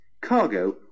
cargo